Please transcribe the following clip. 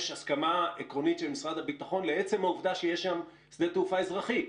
הסכמה עקרונית של משרד הביטחון לעצם העובדה שיש שם שדה תעופה אזרחי.